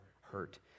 hurt